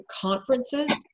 conferences